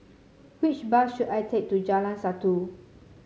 which bus should I take to Jalan Satu